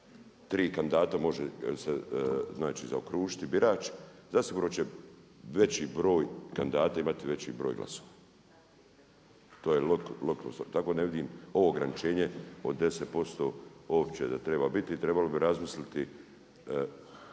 tri kandidata može se znači zaokružiti birač. Zasigurno će veći broj kandidata imati veći broj glasova. To je …/Govornik se ne razumije./… tako ne vidim ovo ograničenje od 10% uopće da treba biti. Trebalo bi razmisliti